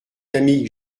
camille